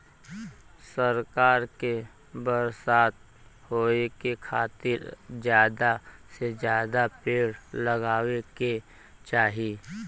सरकार के बरसात होए के खातिर जादा से जादा पेड़ लगावे के चाही